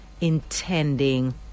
intending